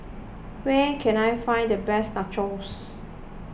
where can I find the best Nachos